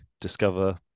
discover